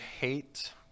hate